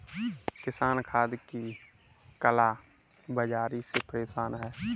किसान खाद की काला बाज़ारी से परेशान है